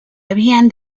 habían